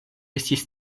estis